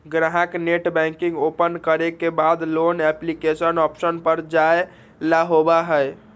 ग्राहक net banking open करे के बाद लोन एप्लीकेशन ऑप्शन पर जाय ला होबा हई